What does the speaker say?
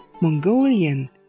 Mongolian